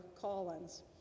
Collins